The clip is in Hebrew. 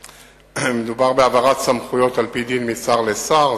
מדובר בהעברת סמכויות על-פי דין משר לשר,